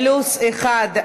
פלוס אחד,